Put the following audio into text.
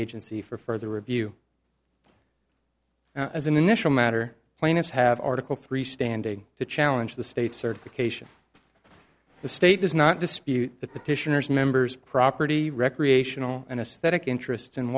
agency for further review as an initial matter plaintiffs have article three standing to challenge the state certification the state does not dispute the petitioners members property recreational and aesthetic interest